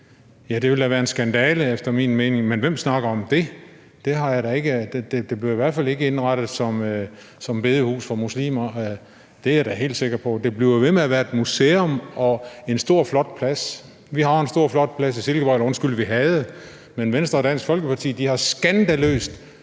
Ja, det ville da være en skandale efter min mening, men hvem snakker om det? Det bliver da i hvert fald ikke indrettet som bedehus for muslimer, det er jeg da helt sikker på. Det bliver ved med at være et museum og en stor flot plads. Vi har også en stor flot plads i Silkeborg – eller undskyld, vi havde – men Venstre og Dansk Folkeparti har skandaløst